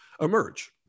emerge